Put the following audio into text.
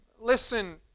listen